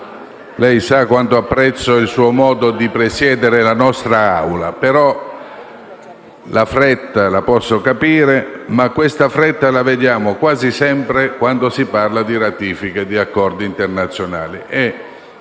lei sa quanto io apprezzi il suo modo di presiedere la nostra Aula. Posso capire la fretta, ma questa fretta la notiamo quasi sempre quando si parla di ratifiche di accordi internazionali